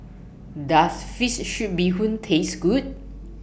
Does Fish Soup Bee Hoon Taste Good